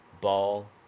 ball